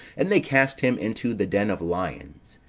and they cast him into the den of lions,